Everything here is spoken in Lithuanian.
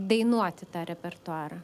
dainuoti tą repertuarą